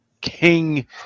king